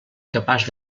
capaç